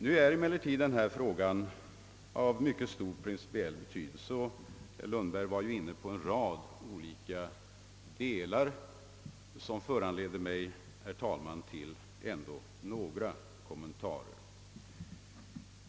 Nu är emellertid detta ämne av mycket stor principiell betydelse, och herr Lundberg var inne på en rad olika delspörsmål, som föranleder mig, herr talman, till några kommentarer.